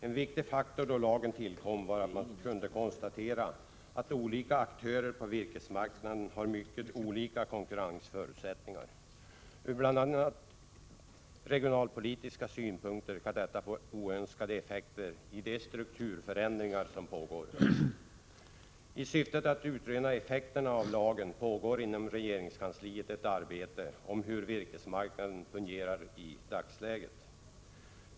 En viktig faktor då lagen tillkom var att man kunde konstatera att olika aktörer på virkesmarknaden har mycket skilda konkurrensförutsättningar. Från bl.a. regionalpolitiska synpunkter kan detta få oönskade effekter vid de strukturförändringar som pågår. I syfte att utröna effekterna av lagen pågår inom regeringskansliet ett arbete om hur virkesmarknaden fungerar i dagsläget.